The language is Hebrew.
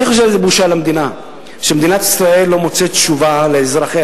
אני חושב שזאת בושה למדינת ישראל שהמדינה לא מוצאת תשובה לאזרחיה.